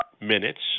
minutes